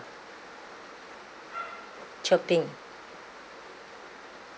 chirping